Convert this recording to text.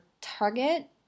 target